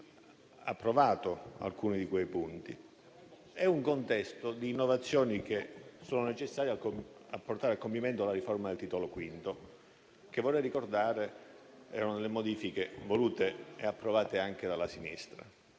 anche approvato alcuni di quei punti. È un contesto di innovazioni che sono necessarie per portare a compimento la riforma del Titolo V, che - vorrei ricordare -erano modifiche volute e approvate anche dalla sinistra.